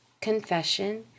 confession